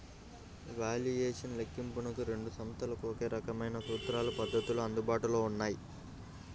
valuation లెక్కింపునకు రెండు సంస్థలకు ఒకే రకమైన సూత్రాలు, పద్ధతులు అందుబాటులో ఉన్నాయి